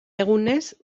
egunez